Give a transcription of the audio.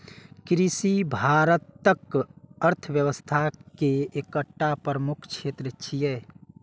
कृषि भारतक अर्थव्यवस्था के एकटा प्रमुख क्षेत्र छियै